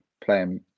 playing